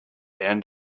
end